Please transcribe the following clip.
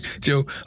Joe